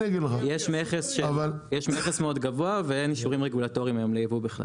יש מכס מאוד גבוה ואין אישורים רגולטוריים היום ליבוא בכלל.